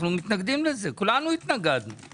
כולנו התנגדנו לזה.